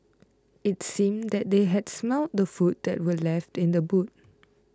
it seemed that they had smelt the food that were left in the boot